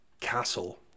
castle